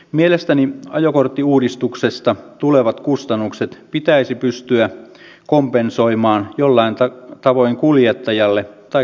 mielestäni ajokorttiuudistuksesta tulevat kustannukset pitäisi pystyä kompensoimaan jollain tavoin kuljettajalle tai kuljetusyrittäjälle